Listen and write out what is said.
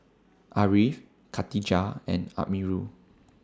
Ariff Katijah and Amirul